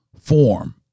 form